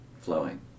flowing